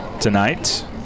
tonight